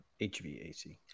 HVAC